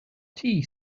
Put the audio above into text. tea